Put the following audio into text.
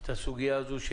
את הסוגיה הזאת.